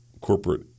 corporate